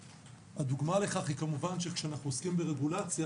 הדוגמה לכך היא כמובן שכאשר אנחנו עוסקים ברגולציה,